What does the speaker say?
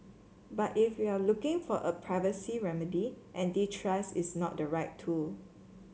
but if you're looking for a privacy remedy antitrust is not the right tool